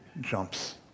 jumps